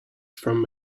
from